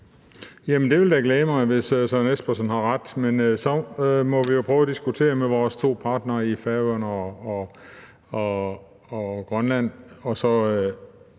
det vil da glæde mig, hvis hr. Søren Espersen har ret. Men så må vi jo prøve at diskutere med vores to partnere i Færøerne og Grønland